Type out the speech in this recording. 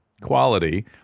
quality –